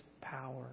power